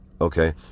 Okay